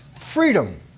freedom